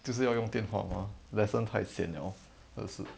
就是要用电话 mah lesson 太 sian 了是